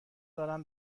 دارم